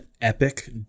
epic